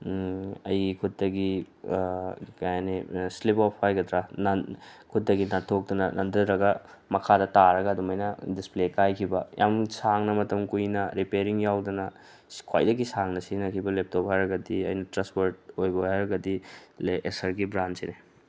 ꯑꯩꯒꯤ ꯈꯨꯠꯇꯒꯤ ꯀꯔꯤ ꯍꯥꯏꯅꯤ ꯏꯁꯂꯤꯞ ꯑꯣꯐ ꯍꯥꯏꯒꯗ꯭ꯔ ꯈꯨꯠꯇꯤ ꯅꯥꯟꯊꯣꯛꯇꯅ ꯅꯥꯟꯗꯔꯒ ꯃꯈꯥꯗ ꯇꯥꯔꯒ ꯑꯗꯨꯃꯥꯏꯅ ꯗꯤꯁꯄ꯭ꯂꯦ ꯀꯥꯏꯈꯤꯕ ꯌꯥꯝ ꯁꯥꯡꯅ ꯃꯇꯝ ꯀꯨꯏꯅ ꯔꯤꯄꯦꯔꯤꯡ ꯌꯥꯎꯗꯅ ꯈ꯭ꯋꯥꯏꯗꯒꯤ ꯁꯥꯡꯅ ꯁꯤꯖꯤꯟꯅꯈꯤꯕ ꯂꯦꯞꯇꯣꯞ ꯍꯥꯏꯔꯒꯗꯤ ꯑꯩꯅ ꯇ꯭ꯔꯁ ꯋꯥꯔꯠ ꯑꯣꯏꯕ ꯍꯥꯏꯔꯒꯗꯤ ꯑꯦꯁꯔꯒꯤ ꯕ꯭ꯔꯥꯟꯁꯤꯅꯤ